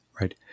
Right